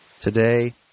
Today